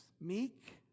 Meek